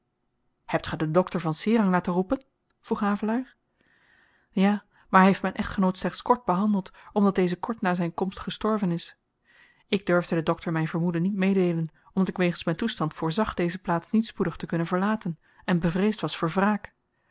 hebt ge den dokter van serang laten roepen vroeg havelaar ja maar hy heeft myn echtgenoot slechts kort behandeld omdat deze kort na zyn komst gestorven is ik durfde den dokter myn vermoeden niet meedeelen omdat ik wegens myn toestand voorzag deze plaats niet spoedig te kunnen verlaten en bevreesd was voor wraak